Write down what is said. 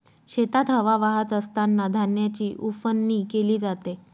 शेतात हवा वाहत असतांना धान्याची उफणणी केली जाते